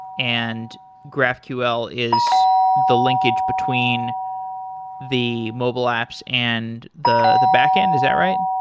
and graphql is the linkage between the mobile apps and the the backend. is that right?